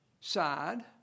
side